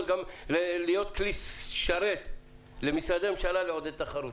להיות כלי שרת למשרדי ממשלה לעודד תחרות.